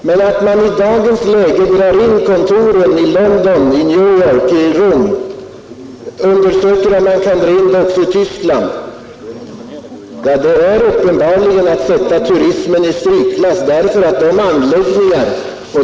Men att man i dagens läge drar in kontoren i London och i Rom och undersöker om man kan dra in också kontoret i Tyskland visar att turismen är satt i strykklass.